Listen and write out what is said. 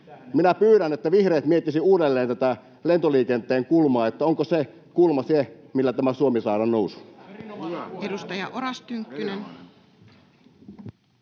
Minä pyydän, että vihreät miettisivät uudelleen tätä lentoliikenteen kulmaa, että onko se kulma se, millä tämä Suomi saadaan nousuun.